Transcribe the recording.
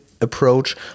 approach